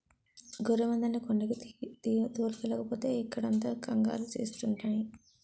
గొర్రెమందల్ని కొండకి తోలుకెల్లకపోతే ఇక్కడంత కంగాలి సేస్తున్నాయి